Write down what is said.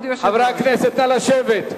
חברי הכנסת, נא לשבת.